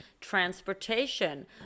transportation